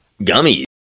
gummies